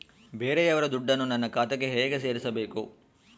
ಬೇರೆಯವರ ದುಡ್ಡನ್ನು ನನ್ನ ಖಾತೆಗೆ ಹೇಗೆ ಸೇರಿಸಬೇಕು?